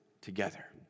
together